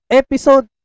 episode